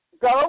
go